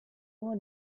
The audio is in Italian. uno